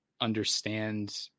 understand